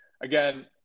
again